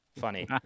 Funny